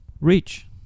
Rich